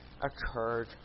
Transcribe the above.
occurred